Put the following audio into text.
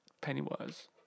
Pennywise